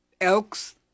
Elks